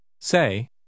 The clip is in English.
Say